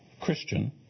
Christian